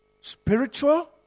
Spiritual